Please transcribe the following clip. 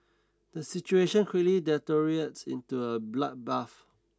the situation quickly deteriorates into a bloodbath